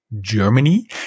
Germany